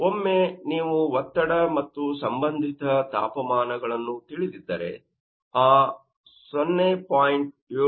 ಒಮ್ಮೆ ನೀವು ಒತ್ತಡ ಮತ್ತು ಸಂಬಂಧಿತ ತಾಪಮಾನಗಳನ್ನು ತಿಳಿದಿದ್ದರೆ ಆ 0